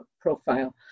profile